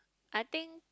I think